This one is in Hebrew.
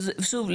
ושוב,